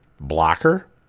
blocker